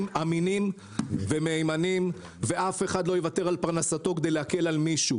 אמינים ומהימנים ואף אחד לא יוותר על פרנסתו כדי להגן על מישהו.